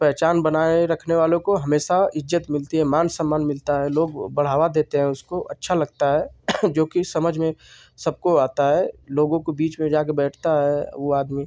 पहचान बनाए रखने वालों को हमेशा इज्जत मिलती है मान सम्मान मिलता है लोग बढ़ावा देते हैं उसको अच्छा लगता है जोकि समझ में सबको आता है लोगों के बीच में जाकर बैठता है वह आदमी